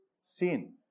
sin